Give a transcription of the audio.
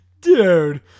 dude